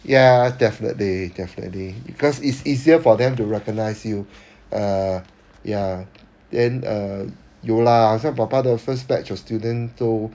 ya definitely definitely because it's easier for them to recognize you err ya then err 有 lah 好像爸爸的 first batch of student 都